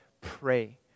pray